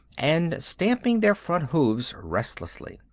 and stamping their front hooves restlessly.